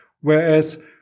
Whereas